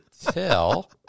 tell